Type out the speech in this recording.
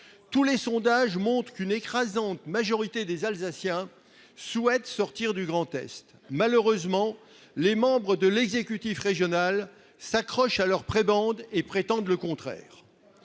Tous les sondages montrent qu'une écrasante majorité des Alsaciens souhaite sortir du Grand-Est. Malheureusement, les membres de l'exécutif régional s'accrochent à leurs prébendes et prétendent le contraire.